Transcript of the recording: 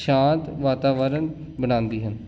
ਸ਼ਾਂਤ ਵਾਤਾਵਰਨ ਬਣਾਉਂਦੀ ਹੈ